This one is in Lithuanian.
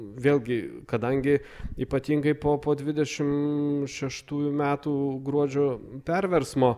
vėlgi kadangi ypatingai po po dvidešim šeštųjų metų gruodžio perversmo